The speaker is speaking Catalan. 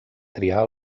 triar